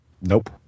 Nope